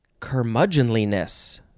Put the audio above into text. Curmudgeonliness